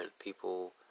people